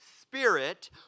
spirit